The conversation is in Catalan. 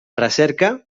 recerca